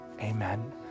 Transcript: Amen